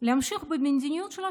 להמשיך במדיניות שלה,